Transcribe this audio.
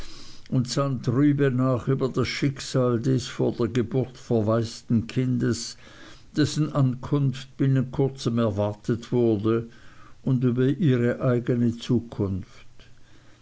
und sann trübe nach über das schicksal des vor der geburt verwaisten kindes dessen ankunft binnen kurzem erwartet wurde und über ihre eigene zukunft